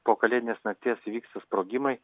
po kalėdinės nakties įvyksta sprogimai